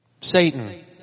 Satan